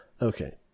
Okay